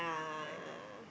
very hard